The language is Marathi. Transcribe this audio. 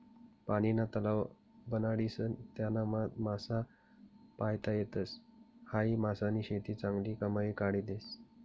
पानीना तलाव बनाडीसन त्यानामा मासा पायता येतस, हायी मासानी शेती चांगली कमाई काढी देस